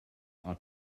are